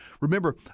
Remember